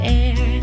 air